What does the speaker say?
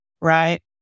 right